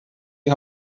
die